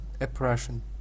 oppression